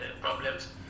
problems